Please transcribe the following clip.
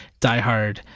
diehard